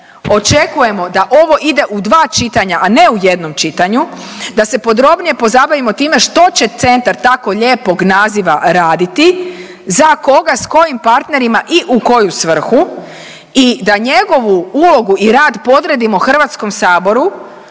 očekujemo da ovo ide u dva čitanja, a ne u jednom čitanju, da se podrobnije pozabavimo time što će centar tako lijepog naziva raditi, za koga, s kojim partnerima i u koju svrhu i da njegovu ulogu i rad podredimo HS-u